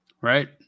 Right